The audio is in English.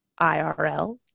IRL